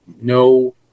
no